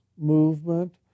movement